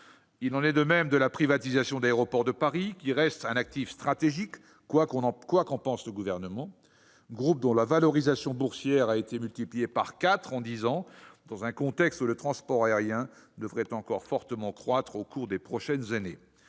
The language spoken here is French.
Il en va de même de la privatisation d'Aéroport de Paris (ADP), qui reste un actif stratégique, quoi qu'en pense le Gouvernement. Je rappelle que la valorisation boursière de ce groupe a été multipliée par quatre en dix ans, dans un contexte où le transport aérien devrait encore fortement croître au cours des prochaines années.